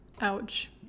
ouch